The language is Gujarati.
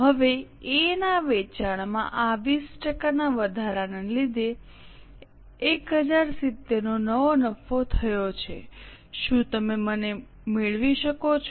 હવે એ ના વેચાણમાં આ 20 ટકાના વધારાને લીધે 1070 નો નવો નફો થયો છે શું તમે મને મેળવો છો